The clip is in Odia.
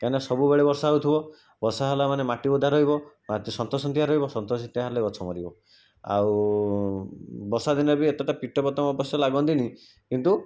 କାହିଁକିନା ସବୁବେଳେ ବର୍ଷା ହଉଥିବ ବର୍ଷା ହେଲା ମାନେ ମାଟି ଓଦା ରହିବ ତ ସନ୍ତସନ୍ତିଆ ରହିବ ସନ୍ତସନ୍ତିଆ ହେଲେ ଗଛ ମରିବ ଆଉ ବର୍ଷା ଦିନେ ବି ଏତେଟା କିଟପତଙ୍ଗ ଅବଶ୍ୟ ଲାଗନ୍ତିନି କିନ୍ତୁ